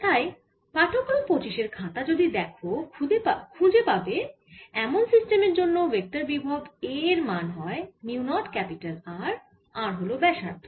তাই পাঠক্রম 25 এর খাতা যদি দেখো খুঁজে পাবে এমন সিস্টেমের জন্য ভেক্টর বিভব A এর মান হয় mu nought capital R R হল ব্যাসার্ধ